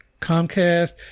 Comcast